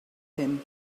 him